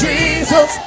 Jesus